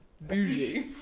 bougie